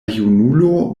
junulo